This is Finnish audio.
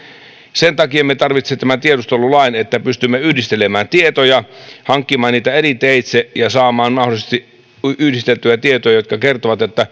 sen takia me tarvitsemme tämän tiedustelulain että pystymme yhdistelemään tietoja hankkimaan niitä eri teitse ja saamaan mahdollisesti yhdisteltyä tietoja jotka kertovat